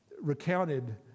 recounted